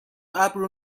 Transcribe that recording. ابر